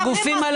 אל